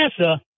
NASA